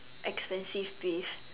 expensive beef